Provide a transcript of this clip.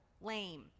lame